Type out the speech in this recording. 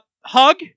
hug